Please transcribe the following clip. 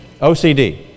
OCD